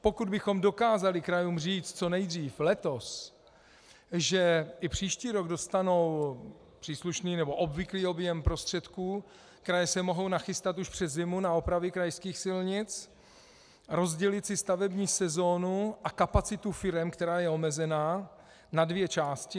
Pokud bychom dokázali krajům říci co nejdřív letos, že i příští rok dostanou obvyklý objem prostředků, kraje se můžou nachystat už přes zimu na opravy krajských silnic, rozdělit si stavební sezónu a kapacitu firem, která je omezená, na dvě části.